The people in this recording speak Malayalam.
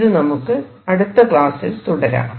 ഇത് അടുത്ത ക്ലാസിൽ തുടരാം